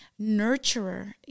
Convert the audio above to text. nurturer